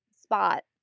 spot